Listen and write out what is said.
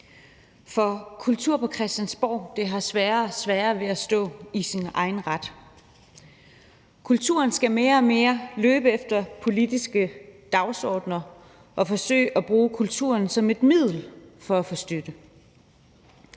for kultur på Christiansborg har sværere og sværere ved at stå i sin egen ret. Kulturen skal mere og mere løbe efter politiske dagsordener, og man forsøger at bruge kulturen som et middel for at få støtte.